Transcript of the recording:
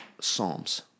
psalms